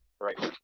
right